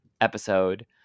episode